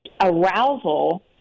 arousal